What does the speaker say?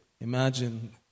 Imagine